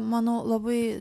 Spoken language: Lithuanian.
manau labai